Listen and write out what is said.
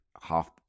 Half